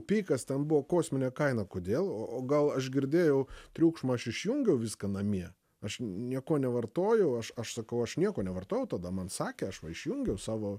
pikas ten buvo kosminė kaina kodėl o gal aš girdėjau triukšmą aš išjungiau viską namie aš nieko nevartojau aš aš sakau aš nieko nevartojau tada man sakė aš va išjungiau savo